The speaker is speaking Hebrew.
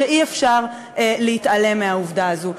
שאי-אפשר להתעלם מהעובדה הזאת.